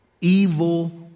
evil